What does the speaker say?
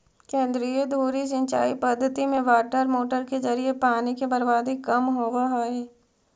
केंद्रीय धुरी सिंचाई पद्धति में वाटरमोटर के जरिए पानी के बर्बादी कम होवऽ हइ